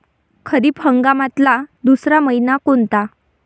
खरीप हंगामातला दुसरा मइना कोनता?